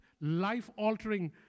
life-altering